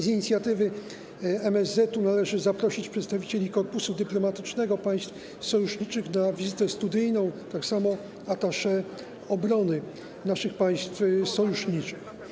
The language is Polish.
Z inicjatywy MSZ należy zaprosić przedstawicieli korpusu dyplomatycznego państw sojuszniczych na wizytę studyjną, a także attaché obrony naszych państw sojuszniczych.